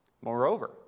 Moreover